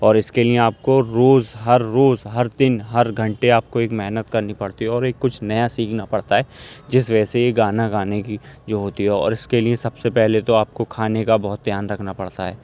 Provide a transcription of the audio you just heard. اور اس کے لیے آپ کو روز ہر روز ہر دن ہر گھنٹے آپ کو ایک محنت کرنی پڑتی ہے اور ایک کچھ نیا سیکھنا پڑتا ہے جس وجہ سے یہ گانا گانے کی جو ہوتی ہے اور اس کے لیے سب سے پہلے تو آپ کو کھانے کا بہت دھیان رکھنا پڑتا ہے